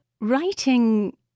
Writing